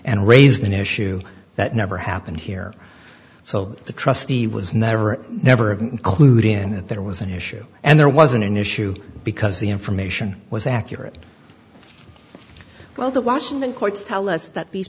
and raised an issue that never happened here so the trustee was never never include in it there was an issue and there wasn't an issue because the information was accurate well the washington courts tell us that these